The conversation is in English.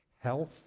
Health